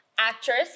Actress